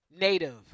native